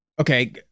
Okay